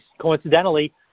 coincidentally